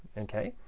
ok?